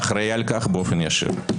אחראי על כך באופן ישיר.